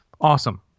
awesome